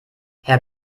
herr